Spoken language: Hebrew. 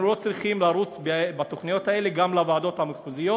אנחנו לא צריכים לרוץ עם התוכניות האלה גם לוועדות המחוזיות